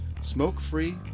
smoke-free